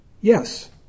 Yes